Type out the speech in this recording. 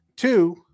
Two